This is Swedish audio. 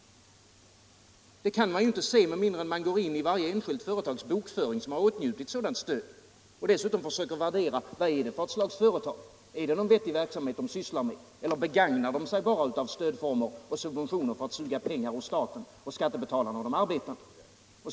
Det kan man ju inte se med mindre man går in i bokföringen för varje enskilt företag som har åtnjutit sådant stöd och dessutom försöker värdera vilket slags företag det är fråga om och vilken verksamhet det sysslar med. Begagnar de sig bara av stödformer och subventioner för att suga ut pengar från staten, skattebetalarna och de arbetande?